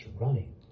running